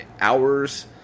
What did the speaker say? hours